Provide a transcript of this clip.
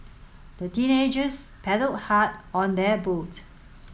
the teenagers paddled hard on their boat